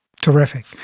Terrific